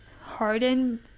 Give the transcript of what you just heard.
hardened